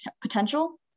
potential